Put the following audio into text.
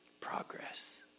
Progress